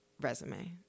resume